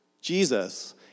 Jesus